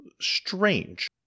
strange